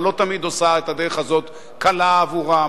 אבל לא תמיד עושה את הדרך הזאת קלה עבורם,